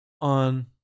on